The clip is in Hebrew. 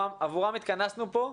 ועבורם התכנסנו פה.